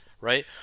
right